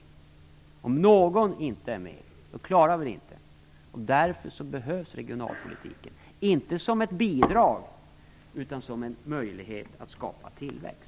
Om det är någon som inte är med, klarar vi inte detta. Därför behövs regionalpolitiken, inte som ett bidrag utan som en möjlighet att skapa tillväxt.